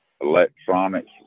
electronics